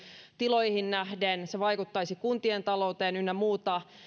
tiloihin nähden se vaikuttaisi kuntien talouteen ynnä muuta